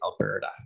Alberta